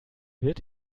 wird